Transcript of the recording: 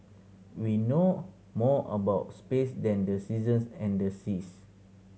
we know more about space than the seasons and the seas